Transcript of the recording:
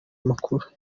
amakuru